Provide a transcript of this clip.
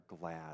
glad